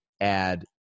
add